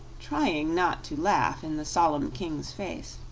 trying not to laugh in the solemn king's face,